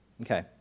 Okay